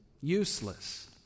useless